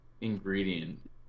ingredient